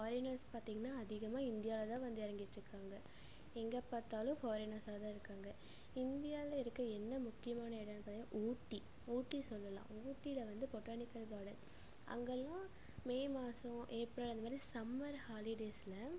foreigners பார்த்திங்னா அதிகமாக இந்தியாவில தான் வந்து இறங்கிட்டு இருக்காங்க எங்கே பார்த்தாலும் ஃபாரினர்ஸாக தான் இருக்காங்க இந்தியாவில இருக்க என்ன முக்கியமான இடோனு பார்த்திங்னா ஊட்டி ஊட்டி சொல்லலாம் ஊட்டியில வந்து பொட்டானிக்கல் காடன் அங்கெல்லாம் மே மாசம் ஏப்ரல் அந்த மாதிரி சம்மர் ஹாலிடேஸ்ல